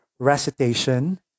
Recitation